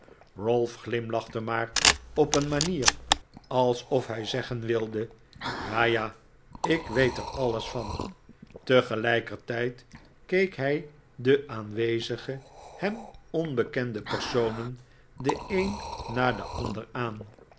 ralph glimlachte maar op een manier alsof hij zeggen wilde ja ja ik weet er alles van tegelijkertijd keek hij de aanwezige hem onbekende personen den een na den ander aan